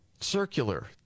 circular